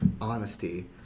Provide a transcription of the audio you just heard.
honesty